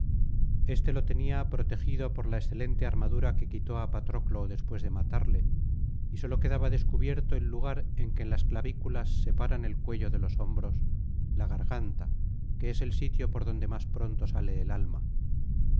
este lo tenía protegido por la excelente armadura que quitó á patroclo después de matarle y sólo quedaba descubierto el lugar en que las clavículas separan el cuello de los hombros la garganta que es el sitio por donde más pronto sale el alma